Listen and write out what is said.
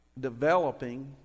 developing